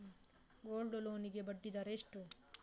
Gold loan ಗೆ ಬಡ್ಡಿ ದರ ಎಷ್ಟು?